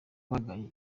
bagaye